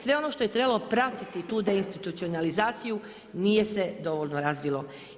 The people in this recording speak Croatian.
Sve ono što je trebalo pratiti tu deinstitucionalizaciju nije se dovoljno razvilo.